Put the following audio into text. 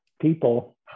people